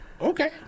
Okay